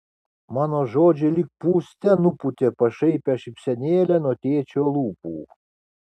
mano žodžiai lyg pūste nupūtė pašaipią šypsenėlę nuo tėčio lūpų